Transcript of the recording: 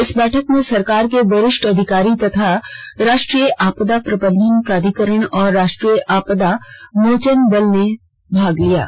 इस बैठक में सरकार के वरिष्ठ अधिकारी तथा राष्ट्रीय आपदा प्रबंधन प्राधिकरण और राष्ट्रीय आपदा मोचन बल भाग लेंगे